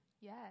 Yes